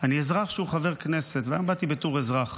אני אזרח שהוא חבר כנסת, והיום באתי בתור אזרח.